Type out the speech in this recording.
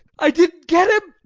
i didn't get him?